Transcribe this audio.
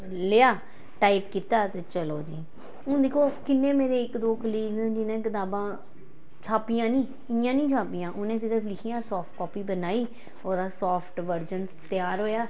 लेआ टाइप कीता ते चलो जी हून दिक्खो किन्ने मेरे इक दो कलीग न जिनैं कताबां छापियां निं इयां निं छापियां उ'नै सिर्फ लिखियां साफ्ट कापी बनाई ओह्दा साफ्ट वर्जन तेआर होया